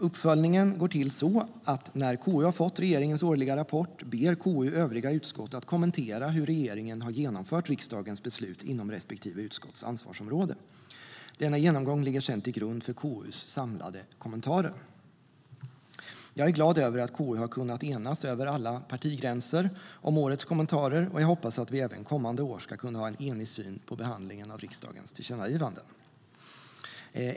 Uppföljningen går till så att när KU har fått regeringens årliga rapport ber KU övriga utskott att kommentera hur regeringen har genomfört riksdagens beslut inom respektive utskotts ansvarsområde. Denna genomgång ligger sedan till grund för KU:s samlade kommentarer. Jag är glad över att KU har kunnat enas över alla partigränser om årets kommentarer, och jag hoppas att vi även kommande år ska kunna ha en enig syn på behandlingen av riksdagens tillkännagivanden.